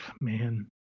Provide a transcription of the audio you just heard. man